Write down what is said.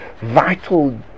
vital